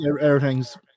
everything's